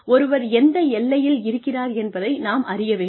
ஒருவர் எந்த எல்லையில் இருக்கிறார் என்பதை நாம் அறிய வேண்டும்